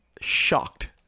shocked